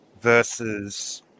versus